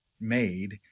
made